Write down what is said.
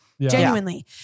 genuinely